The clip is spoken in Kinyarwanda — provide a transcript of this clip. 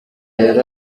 yari